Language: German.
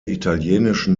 italienischen